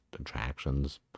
attractions